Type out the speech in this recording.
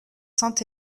saint